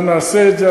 אנחנו נעשה את זה.